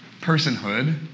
personhood